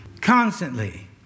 Constantly